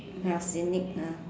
ah scenic ah